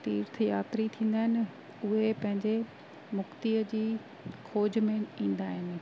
तीर्थ यात्री थींदा आहिनि उहे पंहिंजे मुक्तीअ जी खोज में ईंदा आहिनि